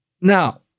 Now